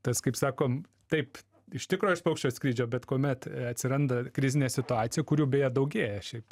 tas kaip sakom taip iš tikro iš paukščio skrydžio bet kuomet atsiranda krizinė situacija kurių beje daugėja šiaip